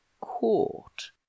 court